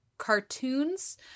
Cartoons